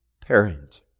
parent